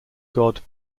god